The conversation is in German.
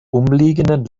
umliegenden